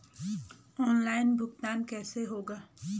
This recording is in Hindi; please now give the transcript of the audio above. ऑनलाइन भुगतान कैसे होगा?